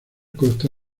consta